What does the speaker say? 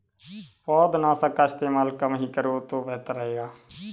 पौधनाशक का इस्तेमाल कम ही करो तो बेहतर रहेगा